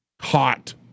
hot